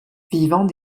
vivant